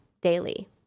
daily